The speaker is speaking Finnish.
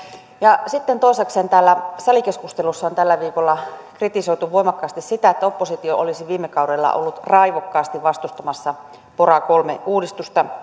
sitten toisekseen täällä salikeskustelussa on tällä viikolla kritisoitu voimakkaasti sitä että oppositio olisi viime kaudella ollut raivokkaasti vastustamassa pora kolme uudistusta